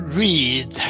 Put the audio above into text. read